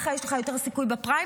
ככה יש לך יותר סיכוי בפריימריז.